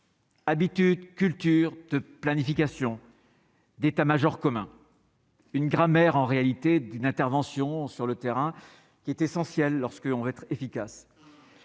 habitude culture de planification. D'État-Major commun. Une grammaire en réalité d'une intervention sur le terrain qui est essentielle lorsque on veut être efficace.